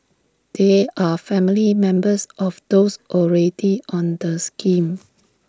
they are family members of those already on the scheme